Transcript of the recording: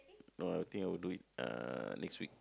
no I think I will do it uh next week